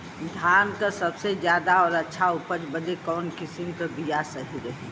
धान क सबसे ज्यादा और अच्छा उपज बदे कवन किसीम क बिया सही रही?